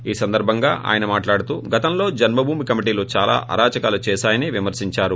ఈ సందర్భంగా ఆయన మాట్లాడుతూ గతంలో జన్మభూమి కమిటీలు చాలా అరాచకాలు చేశాయని విమర్శిందారు